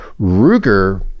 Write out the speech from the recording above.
Ruger